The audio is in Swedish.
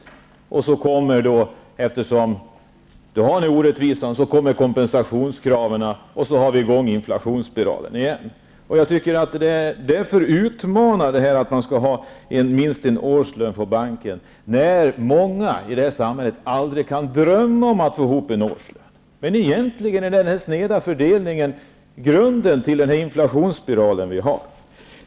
Mot bakgrund av denna orättvisa kommer kompensationskraven, och så har vi inflationsspiralen i gång igen. Jag tycker att det är utmanande att säga att man skall ha minst en årslön på banken samtidigt som många i vårt samhälle aldrig kan drömma om att spara ihop en årslön. Egentligen är denna sneda fördelning grunden till den inflationsspiral som vi har.